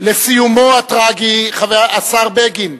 לסיומו הטרגי, השר בגין,